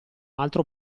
altro